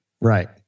Right